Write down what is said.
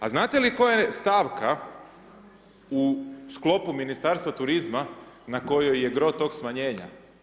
A znate li koja je stavka u sklopu Ministarstva turizma na kojoj je gro tog smanjenja?